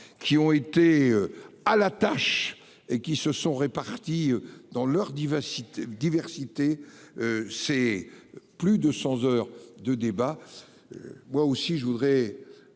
qui ont été à la tâche et qui se sont répartis dans leur diversité diversité. C'est plus de 100 heures de débats. Moi aussi je voudrais.